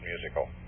musical